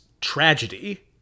tragedy